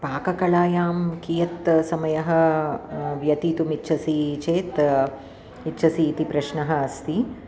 पाककलायां कियत् समयः व्यथितुमिच्छसि चेत् इच्छसीति प्रश्नः अस्ति